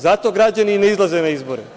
Zato građani i ne izlaze na izbore.